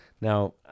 now